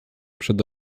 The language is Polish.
przed